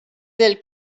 del